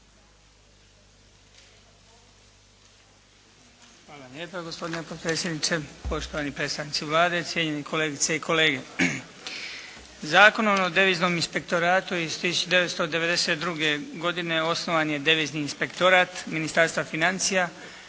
Hvala lijepa gospodine potpredsjedniče. Poštovani predstavnici Vlade, cijenjeni kolegice i kolege. Zakonom o Deviznom inspektoratu iz 1992. godine osnovan je Devizni inspektorat Ministarstva financija